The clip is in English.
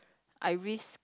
I risk